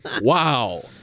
Wow